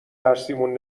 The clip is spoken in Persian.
درسیمون